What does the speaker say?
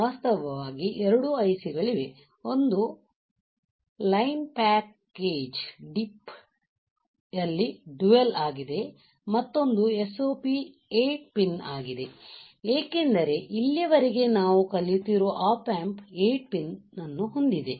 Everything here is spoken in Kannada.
ವಾಸ್ತವವಾಗಿ 2 IC ಗಳಿವೆ ಒಂದು ಲೈನ್ ಪ್ಯಾಕೇಜ್ DIP ಯಲ್ಲಿ ಡ್ಯುಯಲ್ ಆಗಿದೆ ಮತ್ತೊಂದು SOP 8 ಪಿನ್ ಆಗಿದೆ ಏಕೆಂದರೆ ಇಲ್ಲಿಯವರೆಗೆ ನಾವು ಕಲಿಯುತ್ತಿರುವ ಆಪ್ ಆಂಪ್ 8 ಪಿನ್ ಅನ್ನು ಹೊಂದಿದೆ